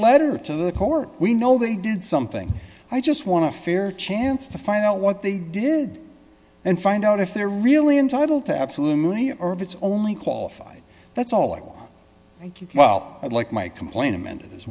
letter to the court we know they did something i just want to fair chance to find out what they did and find out if they're really entitle to absolutely or if it's only qualified that's all it thank you well i'd like my complaint amended as